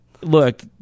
look